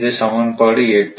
இது சமன்பாடு 8